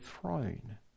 throne